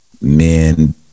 men